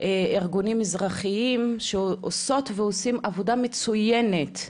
ארגונים אזרחיים שעושות ועושים עבודה מצוינת,